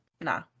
nah